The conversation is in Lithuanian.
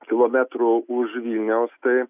kilometrų už vilniaus tai